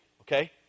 Okay